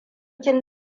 kin